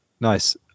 Nice